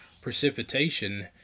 precipitation